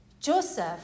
Joseph